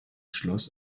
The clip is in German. schloss